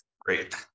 Great